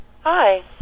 Hi